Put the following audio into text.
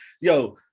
Yo